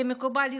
כמקובל,